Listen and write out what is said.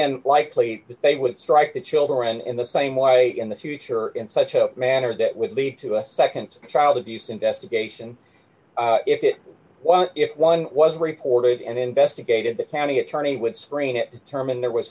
unlikely that they would strike the children in the same way in the future in such a manner that would lead to a nd child abuse investigation if it was if one was reported and investigated the county attorney would spring it to term and there was